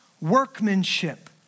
workmanship